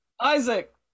Isaac